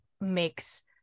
makes